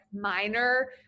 minor